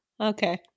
Okay